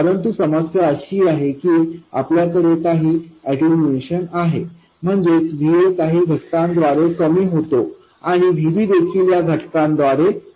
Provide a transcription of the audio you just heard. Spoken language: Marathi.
परंतु समस्या अशी आहे की आपल्याकडे काही अटेन्यूएशन आहे म्हणजेचVa काही घटकांद्वारे कमी होतो आणि Vb देखील या घटकाद्वारे कमी होते